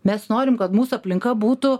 mes norim kad mūsų aplinka būtų